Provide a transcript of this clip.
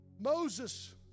Moses